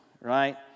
right